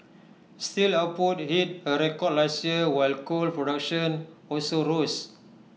steel output hit A record last year while coal production also rose